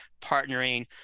partnering